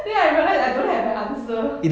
then I realised I don't have an answer isn't the answer